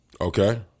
Okay